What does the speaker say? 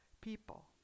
people